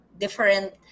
different